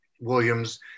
Williams